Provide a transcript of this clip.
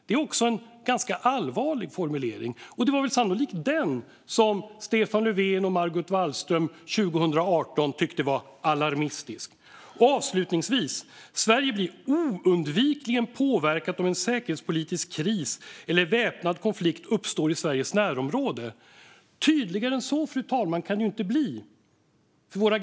Det är också en ganska allvarlig formulering, och det var sannolikt den som Stefan Löfven och Margot Wallström 2018 tyckte var "alarmistisk". Avslutningsvis: Sverige blir oundvikligen påverkat av en säkerhetspolitisk kris eller om väpnad konflikt uppstår i Sveriges närområde. Tydligare än så kan det inte bli, fru talman.